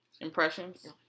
Impressions